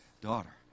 daughter